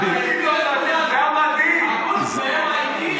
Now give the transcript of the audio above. אל תגיד "לא מדהים", זה היה מדהים.